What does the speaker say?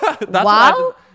Wow